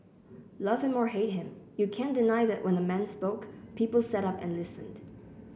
love him or hate him you can't deny that when the man spoke people sat up and listened